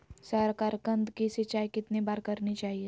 साकारकंद की सिंचाई कितनी बार करनी चाहिए?